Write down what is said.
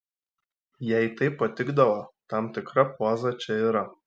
jai taip patikdavo tam tikra poza čia yra